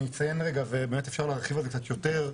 אני אציין ובאמת אפשר להרחיב על זה קצת יותר.